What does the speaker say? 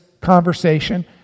conversation